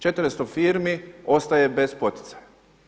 400 firmi ostaje bez poticaja.